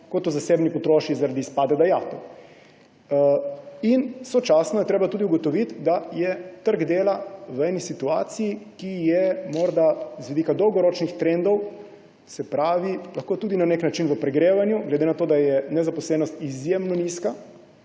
kot o zasebni potrošnji zaradi izpada dajatev. Sočasno je treba tudi ugotoviti, da je trg dela v eni situaciji, ki je morda z vidika dolgoročnih trendov lahko na nek način v pregrevanju, glede na to, da je nezaposlenost izjemno nizka.